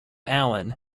allen